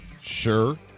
Sure